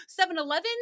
7-Eleven